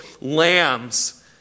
lambs